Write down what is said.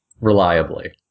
reliably